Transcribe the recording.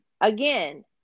again